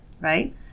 right